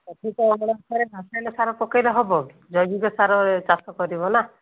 ଅଧିକ ଅମଳ ପାଇଁ ରାସାୟନିକ ସାର ପକେଇଲେ ହବ ଜୈବିକ ସାର ଚାଷ କରିବ ନା